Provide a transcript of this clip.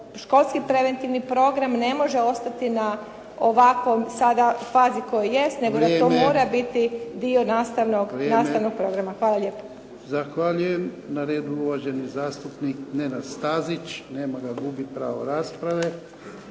školski preventivni program ne može ostati na ovakvoj fazi na kojoj jest nego da to mora biti dio nastavnog programa. Hvala lijepo. **Jarnjak, Ivan (HDZ)** Zahvaljujem. Na redu je uvaženi zastupnik Nenad Stazić. Nema ga, gubi pravo rasprave.